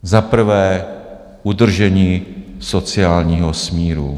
Za prvé, udržení sociálního smíru.